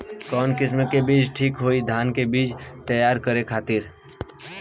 कवन किस्म के बीज ठीक होई धान के बिछी तैयार करे खातिर?